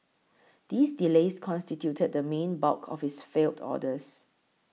these delays constituted the main bulk of its failed orders